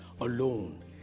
alone